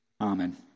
Amen